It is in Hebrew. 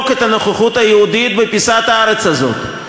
את הנוכחות היהודית על פיסת הארץ הזאת.